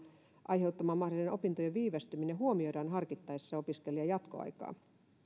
aiheuttama mahdollinen opintojen viivästyminen huomioidaan harkittaessa opiskelijan jatkoaikaa